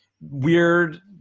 weird